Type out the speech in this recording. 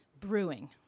brewing